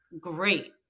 great